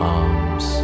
arms